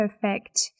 perfect